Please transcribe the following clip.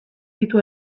ditu